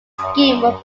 scheme